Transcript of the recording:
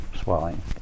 swelling